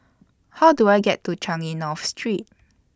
How Do I get to Changi North Street